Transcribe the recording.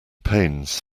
pains